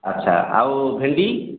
ଆଚ୍ଛା ଆଉ ଭେଣ୍ଡି